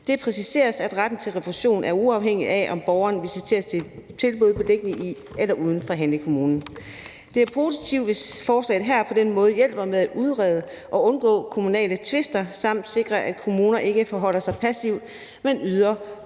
Det præciseres, at retten til refusion er uafhængig af, om borgeren visiteres til et tilbud beliggende i eller uden for handlekommunen. Det er positivt, hvis forslaget her på den måde hjælper med at udrede og undgå kommunale tvister samt sikrer, at kommuner ikke forholder sig passivt, men yder